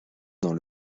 dans